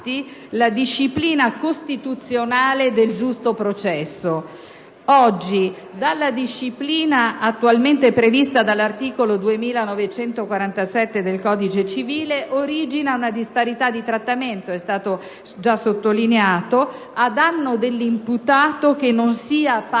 la disciplina costituzionale del giusto processo. Oggi dalla disciplina attualmente prevista dall'articolo 2947 del codice civile origina una disparità di trattamento - come è già stato sottolineato - a danno dell'imputato che non sia parte